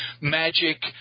magic